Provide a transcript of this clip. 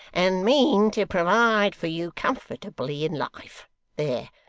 and mean to provide for you comfortably in life there!